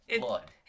blood